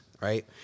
right